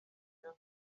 ikibi